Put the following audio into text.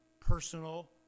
personal